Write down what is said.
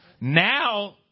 Now